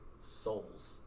souls